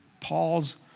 Paul's